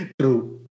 True